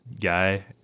guy